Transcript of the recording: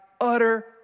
utter